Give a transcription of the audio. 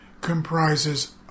comprises